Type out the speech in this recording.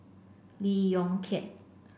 Lee Yong Kiat